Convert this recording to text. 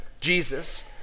Jesus